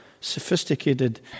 sophisticated